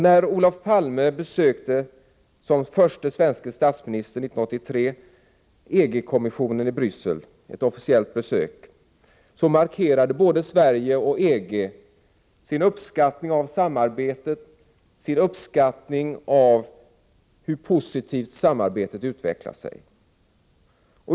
När Olof Palme, som första svenska statsminister, 1983 besökte EG kommissionen i Bryssel — det var ett officiellt besök — markerade både Sverige och EG sin uppskattning av samarbetet och av hur positivt det utvecklar sig.